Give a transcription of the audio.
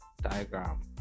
diagram